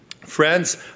Friends